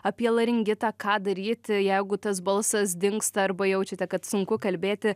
apie laringitą ką daryti jeigu tas balsas dingsta arba jaučiate kad sunku kalbėti